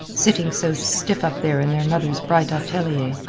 sitting so stiff up there in their mother's bright atelier.